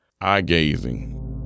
eye-gazing